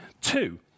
Two